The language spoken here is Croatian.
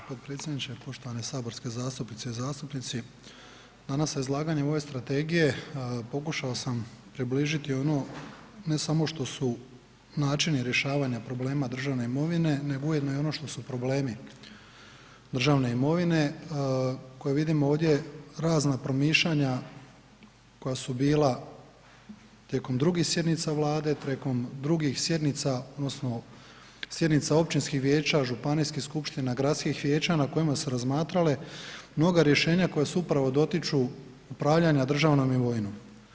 Poštovani potpredsjedniče, poštovane saborske zastupnice i zastupnici, danas sa izlaganjem ove strategije pokušao sam približiti ono, ne samo što su načini rješavanja problema državne imovine, nego ujedno i ono što su problemi državne imovine koje vidimo ovdje razna promišljanja koja su bila tijekom drugih sjednica Vlade, tijekom drugih sjednica odnosno sjednica općinskih vijeća, županijskih skupština, gradskih vijeća, na kojima su se razmatrale mnoga rješenja koja se upravo dotiču upravljanja državnom imovinom.